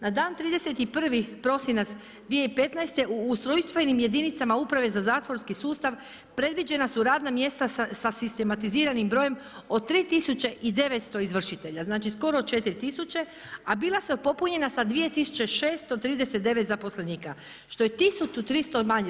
Na dan 31. prosinac 2015. u ustrojstvenim jedinicama Uprave za zatvorski sustav predviđena su radna mjesta sa sistematiziranim brojem od 3900 izvršitelja, znači skoro 4000 a bila su popunjena sa 2600 39 zaposlenika što je 1300 manje.